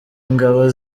ingabo